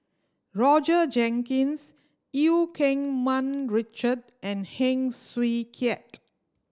Roger Jenkins Eu Keng Mun Richard and Heng Swee Keat